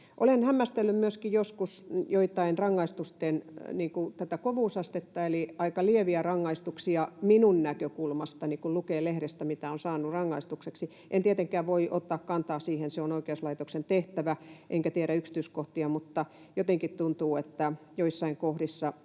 Olen hämmästellyt joskus myöskin rangaistusten kovuusastetta, eli on aika lieviä rangaistuksia minun näkökulmastani, kun lukee lehdestä, mitä on saanut rangaistukseksi. En tietenkään voi ottaa kantaa siihen, se on oikeuslaitoksen tehtävä, enkä tiedä yksityiskohtia, mutta jotenkin tuntuu, että joissain kohdissa